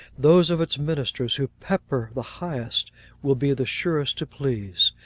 those of its ministers who pepper the highest will be the surest to please.